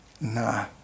Nah